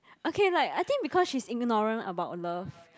okay like I think because she's ignorant about love